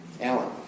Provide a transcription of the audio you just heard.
Alan